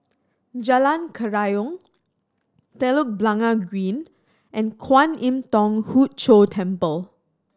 Jalan Kerayong Telok Blangah Green and Kwan Im Thong Hood Cho Temple